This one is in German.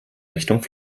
richtung